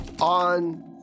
on